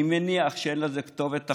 אני מניח שאין לזה כתובת אחרת.